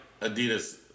Adidas